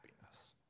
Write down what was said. happiness